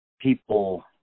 people